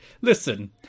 listen